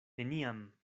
neniam